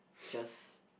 just